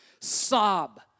sob